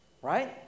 right